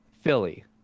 Philly